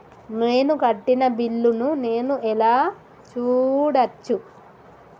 నేను కట్టిన బిల్లు ను నేను ఎలా చూడచ్చు?